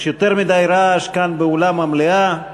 יש יותר מדי רעש כאן באולם המליאה,